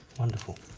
wonderful.